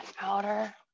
outer